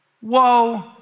Whoa